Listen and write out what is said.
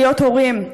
הורים.